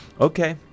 Okay